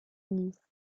nice